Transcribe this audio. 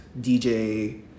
DJ